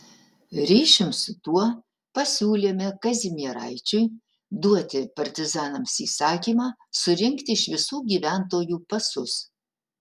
ryšium su tuo pasiūlėme kazimieraičiui duoti partizanams įsakymą surinkti iš visų gyventojų pasus